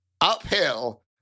uphill